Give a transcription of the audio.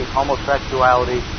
homosexuality